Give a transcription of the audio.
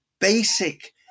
basic